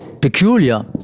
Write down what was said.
peculiar